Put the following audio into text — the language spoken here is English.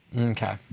Okay